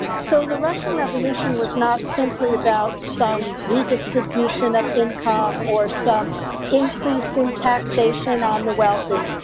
so the russian revolution was not simply about some redistribution of income or some increase in taxation on the wealthy,